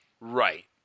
Right